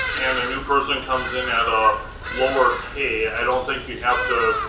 and a new person comes in at a lower pay, i don't think you have to